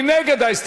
מי נגד?